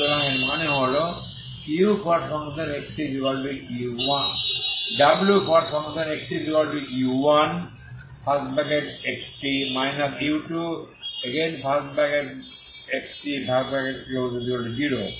সুতরাং এর মানে হল wxtu1xt u2xt0